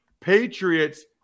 Patriots